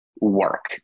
work